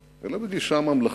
אלא בגישה ממלכתית,